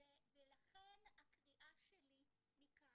לכן הקריאה שלי מכאן,